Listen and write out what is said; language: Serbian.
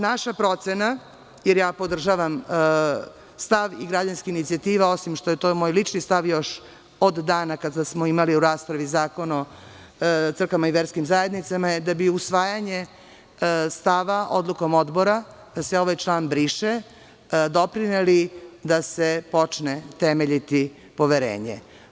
Naša procena, podržavam stav i građanske inicijative, osim što je to moj lični stav još od dana kada smo imali u raspravi Zakon o crkvama i verskim zajednicama, da bi usvajanje stava odlukom Odbora, da se ovaj član briše, doprineli da se počne temeljiti poverenje.